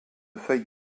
feuille